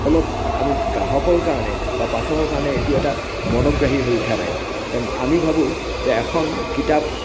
ফলত আমি গ্ৰাহকৰ কাৰণে বা পাঠকৰ কাৰণে এইটো এটা মনোগ্ৰাহী হৈ উঠা নাই আমি ভাবোঁ যে এখন কিতাপ